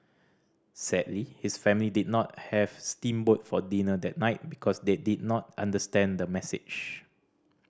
sadly his family did not have steam boat for dinner that night because they did not understand the message